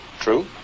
True